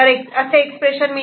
B C D E असे expression मिळते